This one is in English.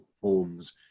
forms